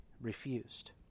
refused